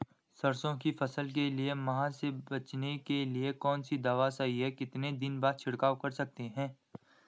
सरसों की फसल के लिए माह से बचने के लिए कौन सी दवा सही है कितने दिन बाद छिड़काव कर सकते हैं?